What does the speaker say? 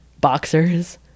boxers